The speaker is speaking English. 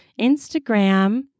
Instagram